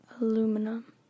aluminum